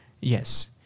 Yes